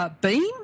beam